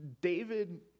David